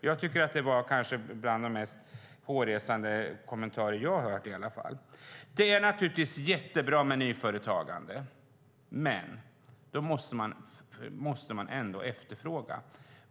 Jag tycker att det var bland de mest hårresande kommentarer som jag har hört. Det är naturligtvis mycket bra med nyföretagande. Men det måste ändå finnas efterfrågan.